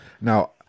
Now